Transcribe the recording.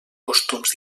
costums